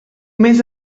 més